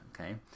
okay